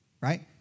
right